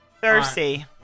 Thirsty